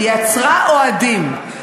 היא עצרה אוהדים,